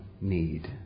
need